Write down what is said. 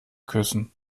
küssen